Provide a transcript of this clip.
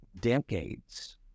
decades